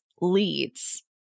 leads